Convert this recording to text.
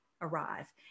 arrive